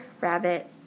rabbit